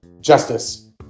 justice